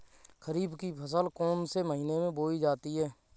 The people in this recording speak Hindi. खरीफ की फसल कौन से महीने में बोई जाती है?